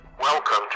Welcome